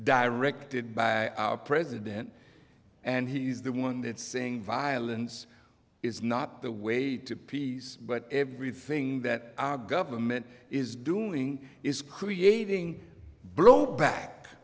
directed by our president and he's the one that's saying violence is not the way to peace but everything that our government is doing is creating blowback